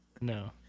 no